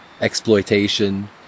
exploitation